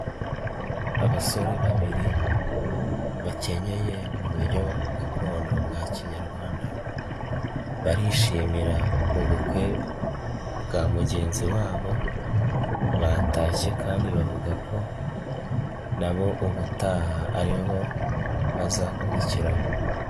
Abasore babiri bakenyeye mu buryo gakondo bwa kinyarwanda, barishimira ubukwe bwa mugenzi wabo batashye kandi bavuga ko nabo ubutaha aribo bazakurikiraho.